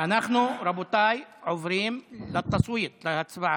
רבותיי, אנחנו עוברים להצבעה.